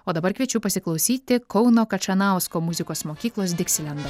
o dabar kviečiu pasiklausyti kauno kačanausko muzikos mokyklos diksilendo